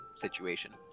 situation